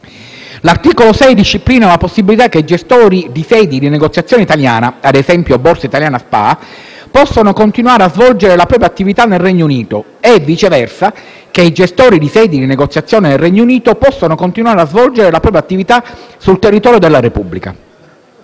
L'articolo 6 disciplina la possibilità che i gestori di sedi di negoziazione italiana (ad esempio, Borsa Italiana SpA) possano continuare a svolgere la propria attività nel Regno Unito e che, viceversa, i gestori di sedi di negoziazione del Regno Unito possano continuare a svolgere la propria attività sul territorio della Repubblica.